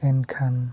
ᱮᱱᱠᱷᱟᱱ